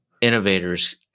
innovators